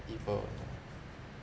evil